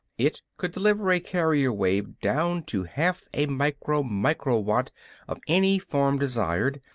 it could deliver a carrier-wave down to half a micro-micro-watt of any form desired,